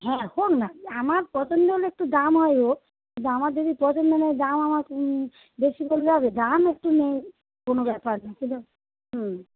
হ্যাঁ হোক না আমার পছন্দ হলে একটু দাম হয় হোক কিন্তু আমার যদি পছন্দ নয় দাম আমার বেশি বললে হবে দাম একটু নে কোনও ব্যাপার না শুধু হুম